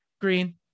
green